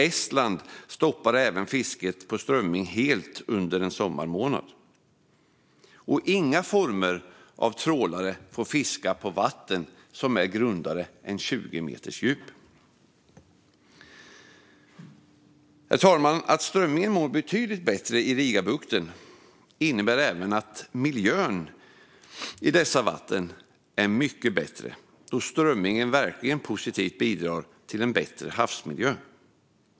Estland stoppar även fisket av strömming helt under en sommarmånad. Inga former av trålare får fiska i vatten som är grundare än 20 meter djupt. Herr talman! Att strömmingen mår betydligt bättre i Rigabukten innebär även att miljön i dessa vatten är mycket bättre, då strömmingen bidrar positivt till havsmiljön.